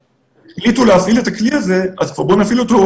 המצדיקות את ההכרזה, תבטל הממשלה את ההכרזה.